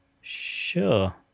Sure